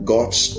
God's